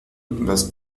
las